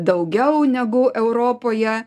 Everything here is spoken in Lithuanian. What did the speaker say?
daugiau negu europoje